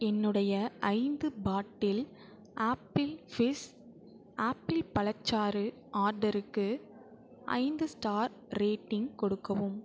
என்னுடைய ஐந்து bottle apple fizz apple பழச்சாறு ஆர்டருக்கு ஐந்து ஸ்டார் ரேட்டிங் கொடுக்கவும்